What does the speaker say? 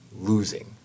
losing